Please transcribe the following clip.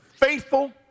faithful